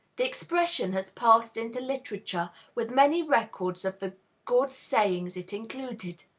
the expression has passed into literature, with many records of the good sayings it included.